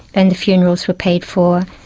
and the funerals were paid for.